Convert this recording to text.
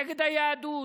נגד היהדות.